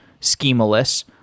Schemaless